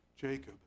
Jacob